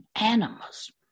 animals